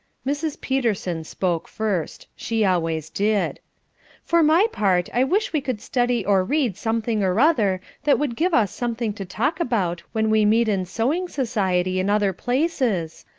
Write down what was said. mrs. peterson spoke first she always did for my part i wish we could study or read something or other that would give us something to talk about when we meet in sewing society and other places.